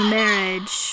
marriage